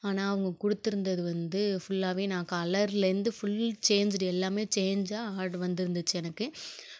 ஆனால் அவங்க கொடுத்து இருந்தது வந்து ஃபுல்லாகவே நான் கலர்லேருந்து ஃபுல் சேஞ்சுடு எல்லாமே சேஞ்சாக ஆட்ரு வந்துடுந்துச்சு எனக்கு